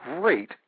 great